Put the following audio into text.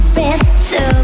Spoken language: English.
better